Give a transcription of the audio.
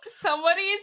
somebody's